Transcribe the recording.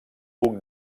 hug